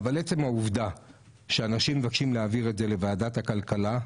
עצם העובדה שאנשים מבקשים להעביר את זה לוועדת הכלכלה,